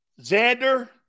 Xander